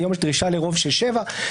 שהיום יש דרישה לרוב של שבעה,